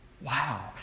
Wow